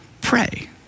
pray